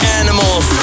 animals